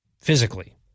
physically